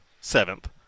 seventh